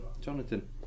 Jonathan